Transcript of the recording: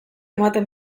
ematen